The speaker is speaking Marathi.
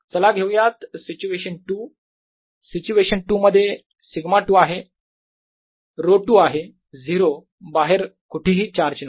चला घेऊयात सिच्युएशन 2 सिच्युएशन 2 मध्ये ρ2 आहे 0 बाहेर कुठेही चार्ज नाही